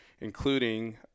including